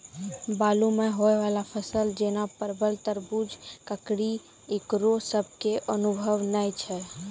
बालू मे होय वाला फसल जैना परबल, तरबूज, ककड़ी ईकरो सब के अनुभव नेय छै?